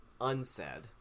unsaid